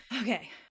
Okay